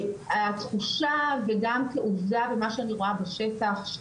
התחושה וגם כעובדה במה שאני רואה בשטח,